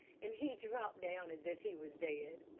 and he dropped down as if he was dead.